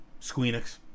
Squeenix